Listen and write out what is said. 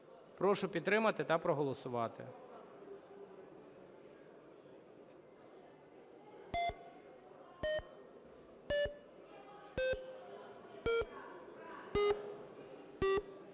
Прошу підтримати та проголосувати.